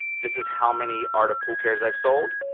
this is how many art of pool cares i've sold,